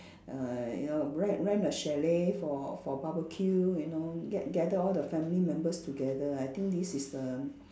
uh you know rent rent a chalet for for barbecue you know gat~ gather all the family members together I think this is a